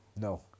No